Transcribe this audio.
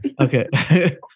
Okay